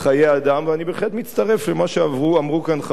אני בהחלט מצטרף למה שאמרו כאן חברי הכנסת,